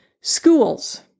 Schools